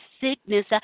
sickness